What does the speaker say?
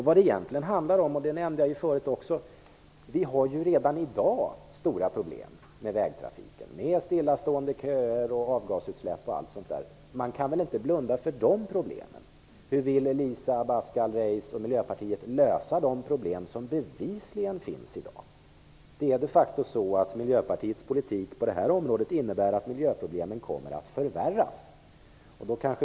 Vad det egentligen handlar om, och det nämnde jag också förut, är att vi ju redan i dag har stora problem med vägtrafiken, med stillastående köer, avgasutsläpp och allt sådant. Man kan väl inte blunda för de problemen. Hur vill Elisa Abascal Reyes och Miljöpartiet lösa de problem som bevisligen finns i dag? Det är de facto så att Miljöpartiets politik på det här området innebär att miljöproblemen kommer att förvärras.